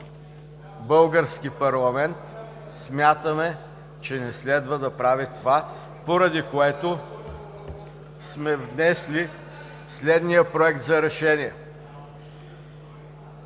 български парламент, смятаме, че не следва да прави това, поради което сме внесли следния „Проект! РЕШЕНИЕ